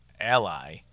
ally